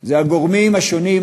זה הגורמים השונים,